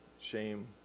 shame